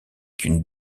qu’une